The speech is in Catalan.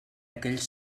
aquells